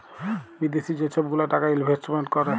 বিদ্যাশি যে ছব গুলা টাকা ইলভেস্ট ক্যরে